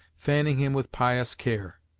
fanning him with pious care.